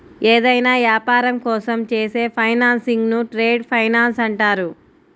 ఏదైనా యాపారం కోసం చేసే ఫైనాన్సింగ్ను ట్రేడ్ ఫైనాన్స్ అంటారు